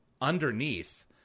underneath